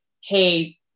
Hey